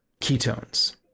ketones